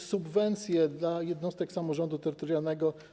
Subwencje dla jednostek samorządu terytorialnego.